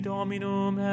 Dominum